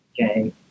Okay